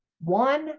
one